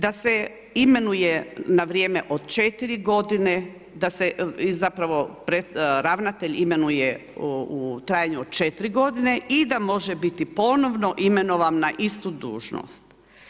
Da se imenuje na vrijeme od 4 godine, da se zapravo ravnatelj imenuje u trajanju od 4 godine i da može biti ponovno imenovan na istu dužnost.